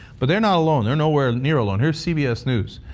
but they're not alone. they're nowhere nowhere alone. here's cbs news.